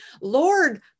Lord